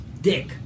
Dick